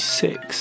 six